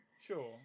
Sure